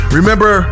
Remember